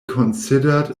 considered